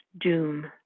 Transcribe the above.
Doom